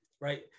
right